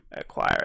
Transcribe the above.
acquire